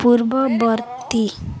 ପୂର୍ବବର୍ତ୍ତୀ